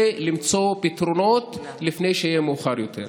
ולמצוא פתרונות לפני שיהיה מאוחר מדי.